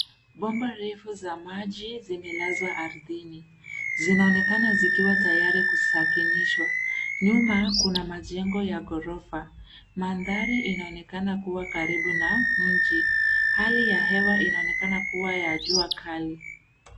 Bomba refu za maji, zimelazwa ardhini. Zinaonekana zikiwa tayari kusakinishwa. Nyuma, kuna majengo ya ghorofa. Mandhari inaonekana kuwa karibu na mji. Hali ya hewa inaonekana kuwa ya jua kali.